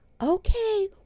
okay